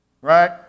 Right